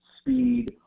speed